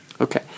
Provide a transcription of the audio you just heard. Okay